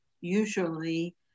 usually